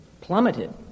plummeted